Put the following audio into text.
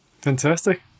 Fantastic